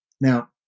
Now